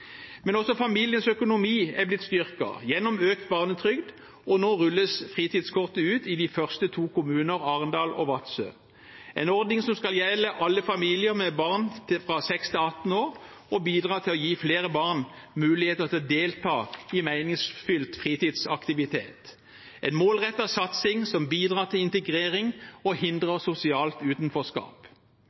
Også familienes økonomi er blitt styrket gjennom økt barnetrygd, og nå rulles fritidskortet ut i de første to kommunene – Arendal og Vadsø. Det er en ordning som skal gjelde alle familier med barn fra 6 til 18 år, og bidra til å gi flere barn mulighet til å delta i meningsfylt fritidsaktivitet, en målrettet satsing som bidrar til integrering og hindrer sosialt utenforskap.